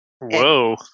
Whoa